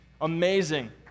amazing